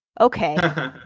okay